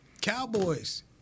Cowboys